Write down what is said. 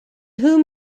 whom